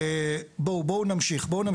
בואו,